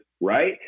right